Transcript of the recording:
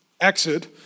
exit